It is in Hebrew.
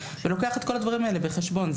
ולוקח את כל הדברים האלה בחשבון.